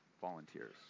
volunteers